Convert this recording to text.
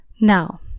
Now